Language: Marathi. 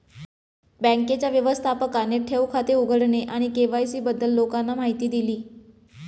बँकेच्या व्यवस्थापकाने ठेव खाते उघडणे आणि के.वाय.सी बद्दल लोकांना माहिती दिली